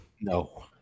No